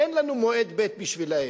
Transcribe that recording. אין לנו מועד ב' בשבילם.